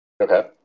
Okay